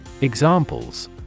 Examples